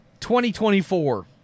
2024